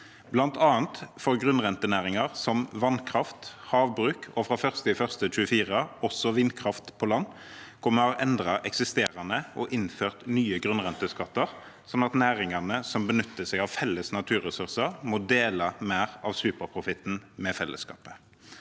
Blant annet for grunnrentenæringer som vannkraft, havbruk og fra 1. januar 2024 også vindkraft på land har vi endret eksisterende og innført nye grunnrenteskatter, slik at næringene som benytter seg av felles naturressurser, må dele mer av superprofitten med fellesskapet.